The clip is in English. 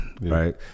right